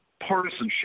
partisanship